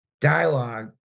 dialogue